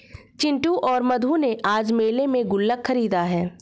चिंटू और मधु ने आज मेले में गुल्लक खरीदा है